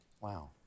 Wow